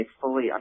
fully